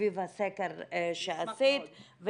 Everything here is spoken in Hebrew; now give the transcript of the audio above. סביב הסקר שעשית.